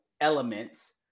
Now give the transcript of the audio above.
elements